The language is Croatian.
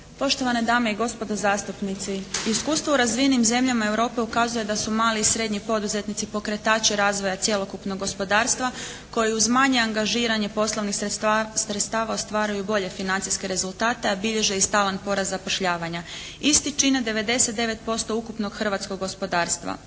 Poštovane dame i gospodo zastupnici. Iskustvo u razvijenim zemljama Europe ukazuje da su mali i srednji poduzetnici pokretači razvoja cjelokupnog gospodarstva koje uz manje angažiranje poslovnih sredstava ostvaruju bolje financijske rezultate, a bilježe i stalan porast zapošljavanja. Isti čine 99% ukupnog hrvatskog gospodarstva.